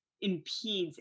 impedes